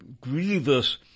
grievous